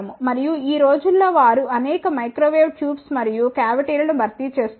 మరియు ఈ రోజుల్లో వారు అనేక మైక్రో వేవ్ ట్యూబ్స్ మరియు కావిటీలను భర్తీ చేస్తున్నారు